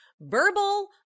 verbal